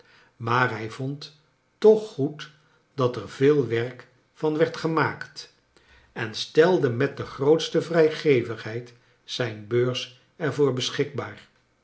maar hij vond toch goed dat er veel werk van werd gemaakt en stelde met de grootste vrijgevigheid zijn beurs er voor beschikbaar